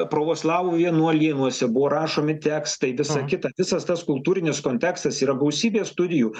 pravoslavų vienuolynuose buvo rašomi tekstai visa kita visas tas kultūrinis kontekstas yra gausybė studijų